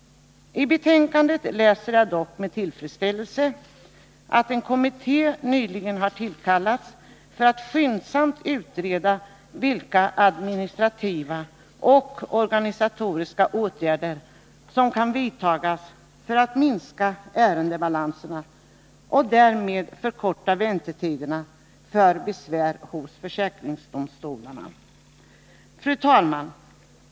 I betänkandet läser jag dock med tillfredsställelse att en kommitté nyligen har tillkallats för att skyndsamt utreda vilka administrativa och organisatoriska åtgärder som kan vidtagas för att minska ärendebalanserna och därmed förkorta väntetiderna vid besvär hos försäkringsdomstolarna. Fru talman!